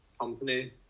company